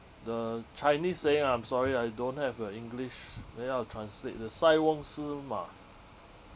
the chinese saying ah I'm sorry ah I don't have a english then I'll translate the 塞翁失马